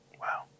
Wow